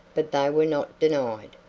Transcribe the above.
but they were not denied.